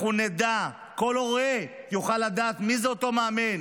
כל הורה יוכל לדעת מי זה אותו מאמן,